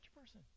person